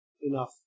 enough